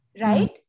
Right